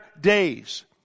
days